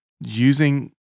using